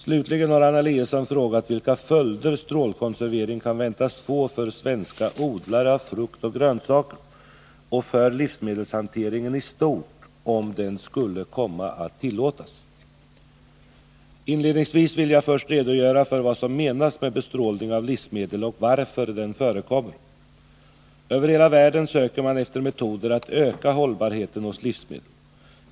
Slutligen har Anna Eliasson frågat vilka följder strålkonservering kan väntas få för svenska odlare av frukt och grönsaker och för livsmedelshanteringen i stort, om den skulle komma att tillåtas. Inledningsvis vill jag först kort redogöra för vad som menas med bestrålning av livsmedel och varför den förekommer. Över hela världen söker man efter metoder att öka hållbarheten hos livsmedel.